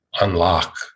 unlock